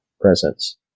presence